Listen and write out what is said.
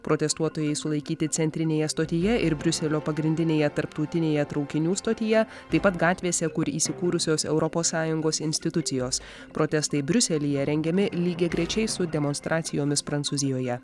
protestuotojai sulaikyti centrinėje stotyje ir briuselio pagrindinėje tarptautinėje traukinių stotyje taip pat gatvėse kur įsikūrusios europos sąjungos institucijos protestai briuselyje rengiami lygiagrečiai su demonstracijomis prancūzijoje